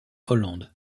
hollande